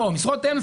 משרות אם,